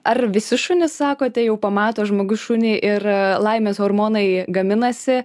ar visi šunys sakote jau pamato žmogus šunį ir laimės hormonai gaminasi